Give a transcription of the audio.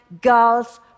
girls